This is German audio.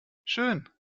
schön